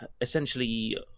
Essentially